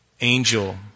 angel